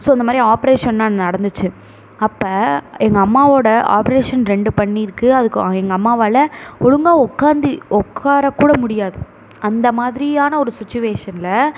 so இந்தமாதிரி ஆப்ரேஷன்லா நடந்துச்சு அப்போ எங்கள் அம்மாவோடய ஆப்ரேஷன் ரெண்டு பண்ணியிருக்கு அதுக்கு எங்கள் அம்மாவால் ஒழுங்கா உக்கார்ந்து உட்காரக் கூட முடியாது அந்த மாதிரியான ஒரு சுச்சுவேஷனில்